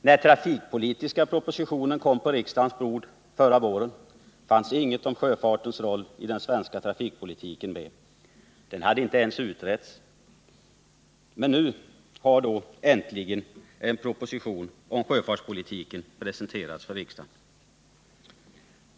I den trafikpolitiska proposition som låg på riksdagens bord förra våren nämndes inget om sjöfartens roll i den svenska trafikpolitiken — den frågan hade inte ens utretts. Nu har äntligen en proposition om sjöfartspolitiken presenterats för riksdagen.